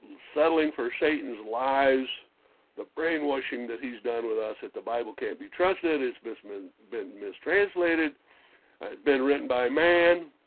settling for satan's lies the brainwashing that he's done with us at the bible can't. be trusted his bissman been mistranslated had been written, by man